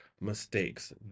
mistakes